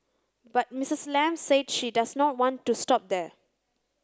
but Mrs Lam said she does not want to stop there